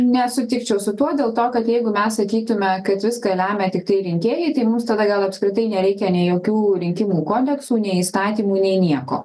nesutikčiau su tuo dėl to kad jeigu mes sakytume kad viską lemia tiktai rinkėjai tai mums tada gal apskritai nereikia nei jokių rinkimų kodeksų nei įstatymų nei nieko